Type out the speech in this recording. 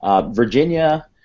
Virginia